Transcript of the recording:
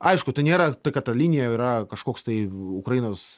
aišku tai nėra tai kad ta linija yra kažkoks tai ukrainos